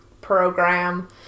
program